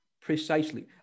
precisely